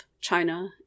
China